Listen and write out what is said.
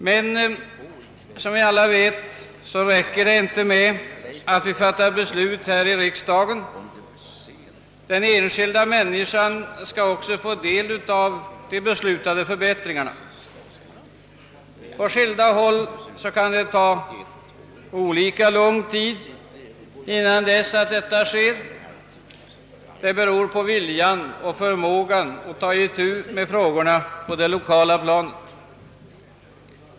Men som alla vet räcker det inte med att vi fattar beslut här i riskdagen utan den enskilda människan måste också få del av de beslutade förbättringarna. På skilda håll kan detta kräva olika lång tid — det beror på viljan och förmågan att ta itu med frågorna på det lokala planet.